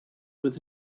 with